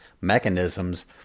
mechanisms